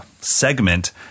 segment